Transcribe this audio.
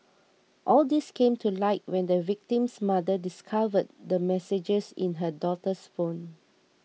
all these came to light when the victim's mother discovered the messages in her daughter's phone